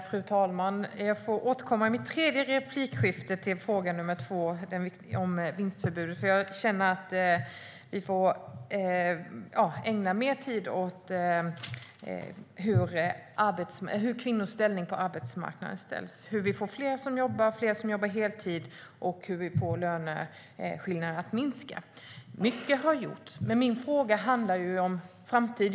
Fru talman! Jag får återkomma i mitt tredje inlägg till fråga nr 2 om vinstförbudet så att vi får ägna mer tid åt kvinnors ställning på arbetsmarknaden, hur vi får fler som jobbar heltid och hur vi får löneskillnaderna att minska. Mycket har gjorts, men min fråga handlar om framtiden.